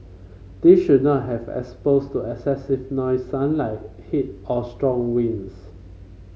they should not have exposed to excessive noise sunlight heat or strong winds